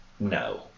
No